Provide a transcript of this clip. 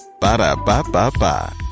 Ba-da-ba-ba-ba